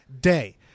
day